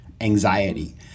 anxiety